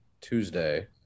Tuesday